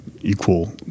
equal